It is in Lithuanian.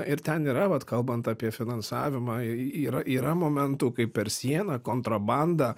ir ten yra vat kalbant apie finansavimą yra yra momentų kai per sieną kontrabanda